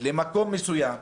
למקום מסוים,